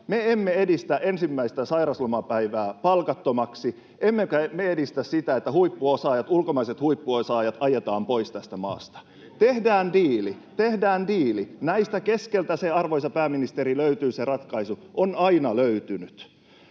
me emme edistä ensimmäistä sairauslomapäivää palkattomaksi emmekä me edistä sitä, että ulkomaiset huippuosaajat ajetaan pois tästä maasta. Tehdään diili: keskeltä, arvoisa pääministeri, löytyy se ratkaisu, on aina löytynyt.